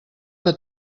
que